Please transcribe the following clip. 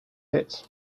hits